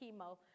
chemo